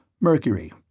Mercury